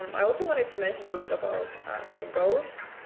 um i also wanted to mention a little bit about setting goals.